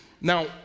Now